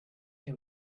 him